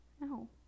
no